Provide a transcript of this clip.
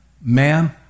Ma'am